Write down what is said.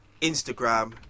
Instagram